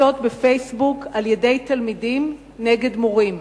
קבוצות ב"פייסבוק" על-ידי תלמידים נגד מורים.